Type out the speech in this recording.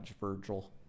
Virgil